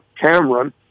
Cameron